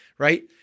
right